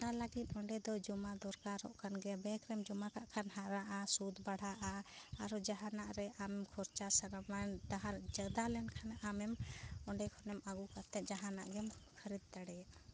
ᱚᱱᱟ ᱞᱟᱹᱜᱤᱫ ᱚᱸᱰᱮ ᱫᱚ ᱡᱚᱢᱟ ᱫᱚᱨᱠᱟᱨᱚᱜ ᱠᱟᱱᱟ ᱵᱮᱝᱠ ᱨᱮᱢ ᱡᱚᱢᱟ ᱠᱟᱜ ᱠᱷᱟᱱ ᱦᱟᱨᱟᱜᱼᱟ ᱥᱩᱫᱽ ᱵᱟᱲᱦᱟᱜᱼᱟ ᱟᱨᱚ ᱡᱟᱦᱟᱱᱟᱜ ᱨᱮ ᱟᱢ ᱠᱷᱚᱨᱪᱟ ᱥᱟᱱᱟᱢᱟ ᱡᱟᱫᱟ ᱞᱮᱱᱠᱷᱟᱱᱮ ᱟᱢ ᱚᱸᱰᱮ ᱠᱷᱚᱱᱮᱢ ᱟᱹᱜᱩ ᱠᱟᱛᱮ ᱡᱟᱦᱟᱱᱟᱜᱮᱢ ᱠᱷᱟᱹᱨᱤᱫ ᱫᱟᱲᱮᱭᱟᱜᱼᱟ